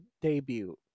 debut